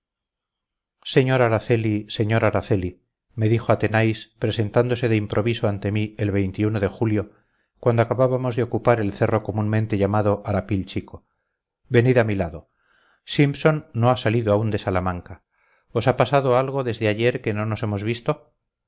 sr araceli sr araceli me dijo athenais presentándose de improviso ante mí el de julio cuando acabábamos de ocupar el cerro comúnmente llamado arapil chico venid a mi lado simpson no ha salido aún de salamanca os ha pasado algo desde ayer que no nos hemos visto